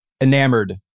enamored